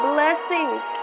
Blessings